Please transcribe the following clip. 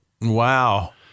Wow